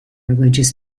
religious